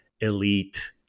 elite